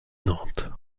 nantes